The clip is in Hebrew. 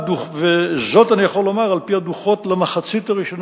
וזאת אני יכול לומר על-פי הדוחות למחצית הראשונה